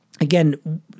again